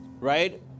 right